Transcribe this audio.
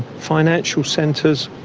financial centres,